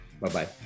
Bye-bye